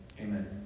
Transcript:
Amen